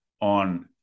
on